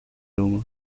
humo